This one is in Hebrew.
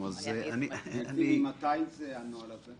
ממתי הנוהל הזה?